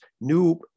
new